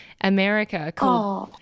America